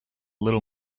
little